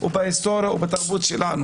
בהיסטוריה ובתרבות שלנו.